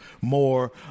more